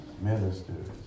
ministers